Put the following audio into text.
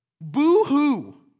Boo-hoo